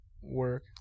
work